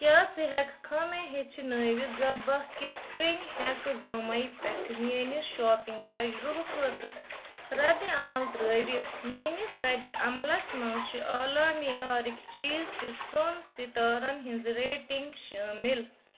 کیٛاہ ژٕ ہٮ۪کہٕ کھا مےٚ ہیٚچھنٲوِتھ زَبح کِتھ کٔنۍ ہٮ۪کہٕ زوماے پٮ۪ٹھٕ میٛٲنِس شاپِنٛگ تجرُبہٕ خٲطرٕ رَد عمل ترٛٲوِتھ میٛٲنِس رَدِ عملس منٛز چھِ اعلیٰ معیارٕکۍ چیٖز تہٕ ژۄن سِتارن ہِنٛز ریٹِنٛگ شٲمل